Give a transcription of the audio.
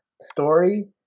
story